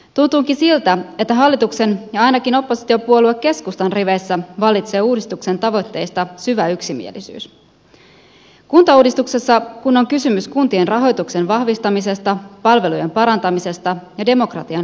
tuntuukin siltä että hallituksen ja ainakin oppositiopuolue keskustan riveissä vallitsee uudistuksen tavoitteista syvä yksimielisyys kuntauudistuksessa kun on kysymys kuntien rahoituksen vahvistamisesta palvelujen parantamisesta ja demokratian lisäämisestä